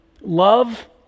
Love